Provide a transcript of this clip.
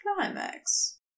climax